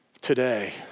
today